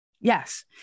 Yes